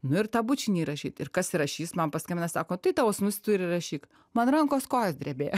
nu ir tą bučinį įrašyt ir kas įrašys man paskambina ir sako tai tavo sūnus tu ir įrašyk man rankos kojos drebėjo